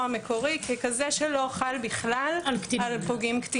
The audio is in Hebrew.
המקורי ככזה שלא חל כלל על כפוגעים קטינים.